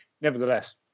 nevertheless